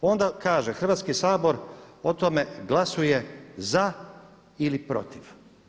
Onda kaže Hrvatski sabor o tome glasuje za ili protiv.